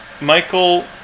Michael